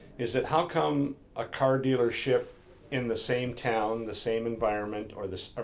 is that how come a car dealership in the same town, the same environment or the, ah